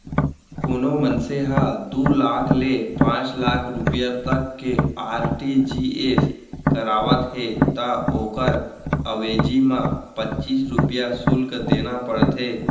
कोनों मनसे ह दू लाख ले पांच लाख रूपिया तक के आर.टी.जी.एस करावत हे त ओकर अवेजी म पच्चीस रूपया सुल्क देना परथे